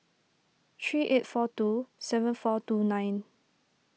three eight four two seven four two nine